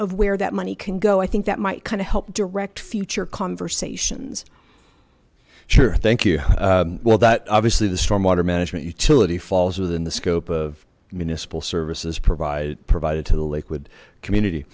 where that money can go i think that might kind of help direct future conversations sure thank you well that obviously the stormwater management utility falls within the scope of municipal services provided provided to the liquid